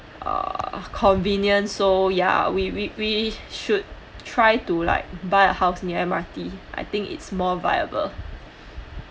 uh convenient so ya we we we should try to like buy a house near M_R_T I think is more viable